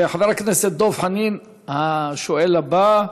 חבר הכנסת דב חנין, הנואם הבא,